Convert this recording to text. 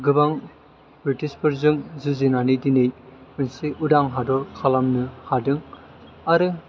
गोबां बृटिसफोरजों जुजिनानै दिनै मोनसे उदां हादर खालामनो होदों आरो